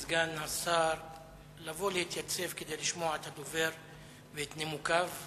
אני מבקש מסגן השר לבוא ולהתייצב כדי לשמוע את הדובר ואת נימוקיו.